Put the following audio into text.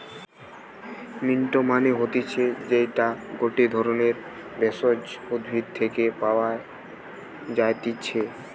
mint মানে হতিছে যেইটা গটে ধরণের ভেষজ উদ্ভিদ থেকে পাওয় যাই্তিছে